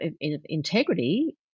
integrity